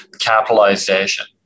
Capitalization